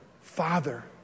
Father